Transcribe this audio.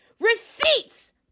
Receipts